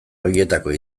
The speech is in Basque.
horietakoa